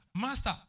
master